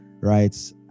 right